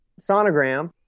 sonogram